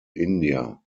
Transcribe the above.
india